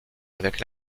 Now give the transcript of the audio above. avec